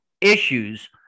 issues